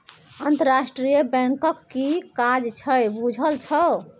अंतरराष्ट्रीय बैंकक कि काज छै बुझल छौ?